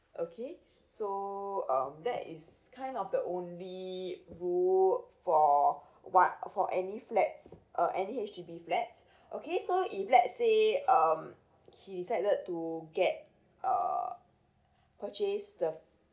okay so um that is kind of the only rule for what uh for any flats uh any H_D_B flats okay so if let's say um he decided to get uh purchase the